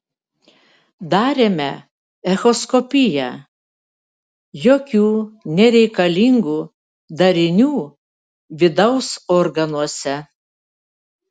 darėme echoskopiją jokių nereikalingų darinių vidaus organuose